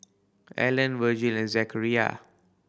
Allen Virgel and Zechariah